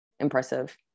impressive